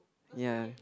ya